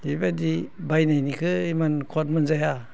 बेबायदि बायनायनिखौ एमान सुवाद मोनजाया